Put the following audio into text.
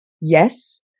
Yes